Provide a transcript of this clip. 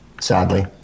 sadly